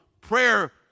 prayer